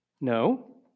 No